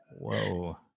Whoa